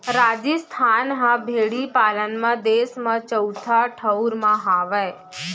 राजिस्थान ह भेड़ी पालन म देस म चउथा ठउर म हावय